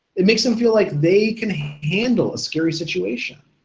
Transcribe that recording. it makes them feel like they can handle a scary situation.